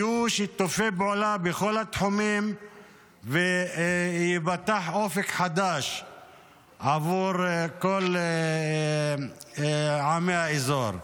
יהיו שיתופי פעולה בכל התחומים וייפתח אופק חדש עבור כל עמי האזור.